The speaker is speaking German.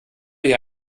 hier